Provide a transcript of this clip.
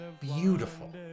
beautiful